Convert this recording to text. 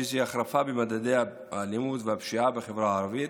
החרפה במדדי האלימות והפשיעה בחברה הערבית,